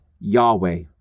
Yahweh